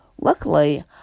Luckily